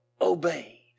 obeyed